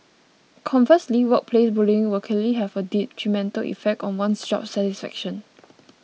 conversely workplace bullying will clearly have a detrimental effect on one's job satisfaction